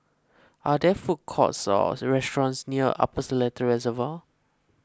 are there food courts or restaurants near Upper Seletar Reservoir